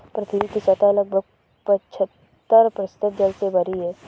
पृथ्वी की सतह लगभग पचहत्तर प्रतिशत जल से भरी है